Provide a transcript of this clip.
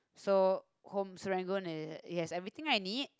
so home Serangoon is it has everything I need